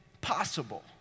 possible